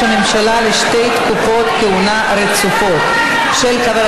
צריך להגיד,